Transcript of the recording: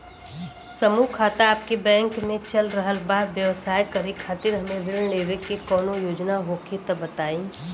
समूह खाता आपके बैंक मे चल रहल बा ब्यवसाय करे खातिर हमे ऋण लेवे के कौनो योजना होखे त बताई?